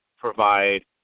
provide